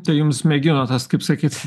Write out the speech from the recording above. tai jums mėgino tas kaip sakyt